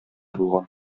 булган